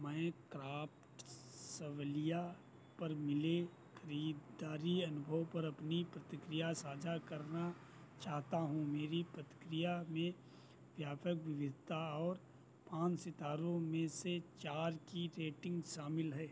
मैं क्राफ्ट सवलिया पर मिले ख़रीदारी अनुभव पर अपनी प्रतिक्रिया साझा करना चाहता हूँ मेरी प्रतिक्रिया में व्यापक विविधता और पाँच सितारों में से चार की रेटिंग शामिल है